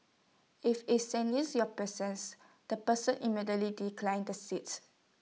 as if sensing your presence the person immediately declines the seat